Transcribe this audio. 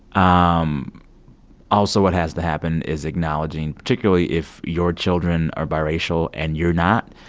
um also, what has to happen is acknowledging, particularly if your children are biracial and you're not,